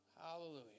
Hallelujah